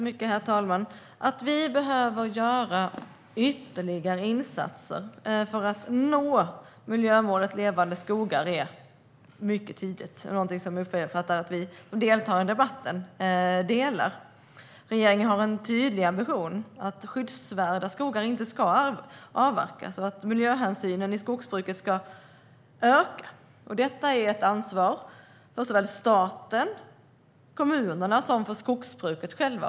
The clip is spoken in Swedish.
Herr talman! Att vi behöver göra ytterligare insatser för att nå miljömålet Levande skogar är mycket tydligt. Jag uppfattar det som att vi som deltar i debatten är överens om det. Regeringen har en tydlig ambition om att skyddsvärda skogar inte ska avverkas och att miljöhänsynen i skogsbruket ska öka. Detta är ett ansvar för såväl staten och kommunerna som skogsbruket självt.